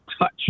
touch